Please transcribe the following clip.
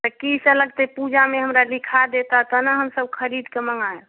की सब लगतै पूजामे हमरा लिखा देता तऽ ने हम सब खरीदके मङायम